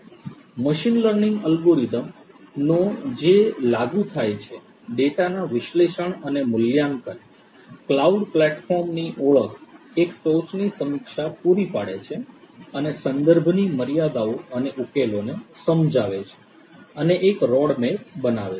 machine learning algorithm નો જે લાગુ થાય છે ડેટાના વિશ્લેષણ અને મૂલ્યાંકન ક્લાઉડ પ્લેટફોર્મ ની ઓળખ એક ટોચની સમીક્ષા પૂરી પાડે છે અને સંદર્ભની મર્યાદાઓ અને ઉકેલોને સમજાવે છે અને એક રોડમેપ બનાવે છે